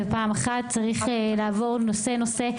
צריך לעבור נושא-נושא,